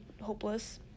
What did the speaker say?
hopeless